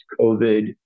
COVID